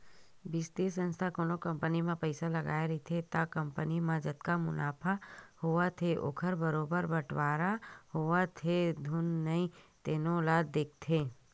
बित्तीय संस्था कोनो कंपनी म पइसा लगाए रहिथे त कंपनी म जतका मुनाफा होवत हे ओखर बरोबर बटवारा होवत हे धुन नइ तेनो ल देखथे